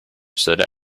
said